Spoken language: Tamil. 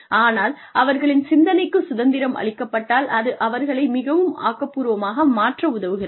ஆனால் அவர்களின் சிந்தனைக்கு சுதந்திரம் அளிக்கப்பட்டால் அது அவர்களை மிகவும் ஆக்கப்பூர்வமாக மாற்ற உதவுகிறது